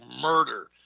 murder